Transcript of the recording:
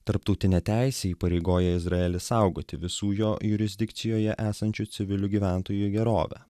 tarptautinė teisė įpareigoja izraelį saugoti visų jo jurisdikcijoje esančių civilių gyventojų gerovę